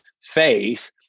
faith